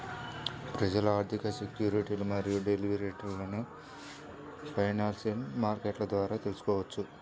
ప్రజలు ఆర్థిక సెక్యూరిటీలు మరియు డెరివేటివ్లను ఫైనాన్షియల్ మార్కెట్ల ద్వారా తెల్సుకోవచ్చు